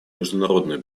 международную